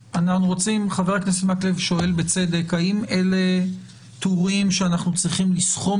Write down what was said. חבר הכנסת מקלב שואל בצדק האם אלה טורים שאנחנו צריכים לסכום